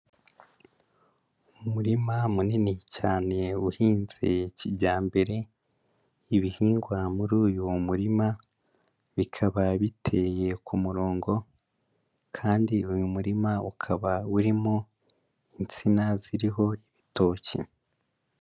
Umurima munini cyane uhinze kijyambere, ibihingwa muri uyu murima, bikaba biteye ku murongo kandi uyu murima ukaba urimo insina ziriho ibitoki.